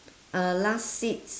uh last seats